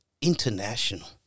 international